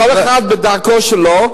כל אחד בדרכו שלו,